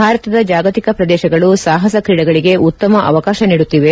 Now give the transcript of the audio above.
ಭಾರತದ ಜಾಗತಿಕ ಪ್ರದೇಶಗಳು ಸಾಹಸ ಕ್ರೀಡೆಗಳಿಗೆ ಉತ್ತಮ ಅವಕಾಶ ನೀಡುತಿವೆ